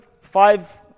Five